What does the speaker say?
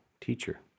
teacher